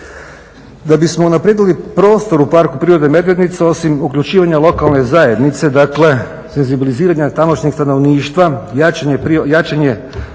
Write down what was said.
Da bismo unaprijedili prostor u parku prirode Medvednica osim uključivanja lokalne zajednice, dakle senzibiliziranja tamošnjeg stanovništva, jačanje javnoga